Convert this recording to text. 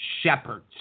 shepherds